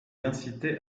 l’inciter